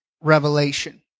Revelation